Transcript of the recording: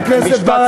(חבר הכנסת יואב קיש יוצא מאולם המליאה.) חבר הכנסת בר,